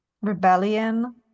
rebellion